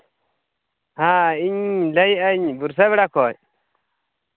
ᱦᱮᱸ ᱤᱧ ᱞᱟᱹᱭᱟᱹᱜ ᱟᱹᱧ ᱵᱤᱨᱥᱟᱹ ᱵᱮᱲᱟ ᱠᱷᱚᱡ